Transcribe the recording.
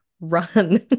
Run